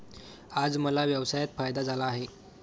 आज मला व्यवसायात फायदा झाला आहे